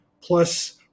plus